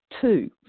Two